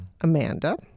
Amanda